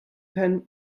pen